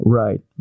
right